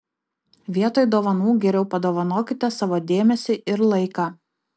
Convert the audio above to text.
vietoj dovanų geriau padovanokite savo dėmesį ir laiką